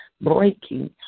Breaking